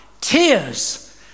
tears